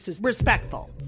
Respectful